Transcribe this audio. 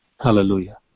Hallelujah